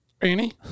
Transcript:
Annie